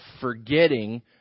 forgetting